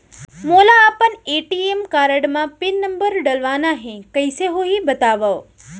मोला अपन ATM card म पिन नंबर डलवाना हे कइसे होही बतावव?